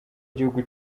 gihugu